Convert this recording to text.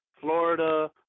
Florida